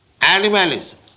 Animalism